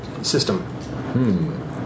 system